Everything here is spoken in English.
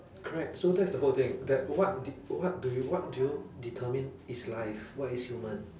correct so that's the whole thing that what did what do you what do you determine is life what is human